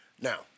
Now